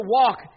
walk